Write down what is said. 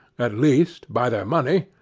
at least, by their money,